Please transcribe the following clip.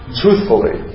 truthfully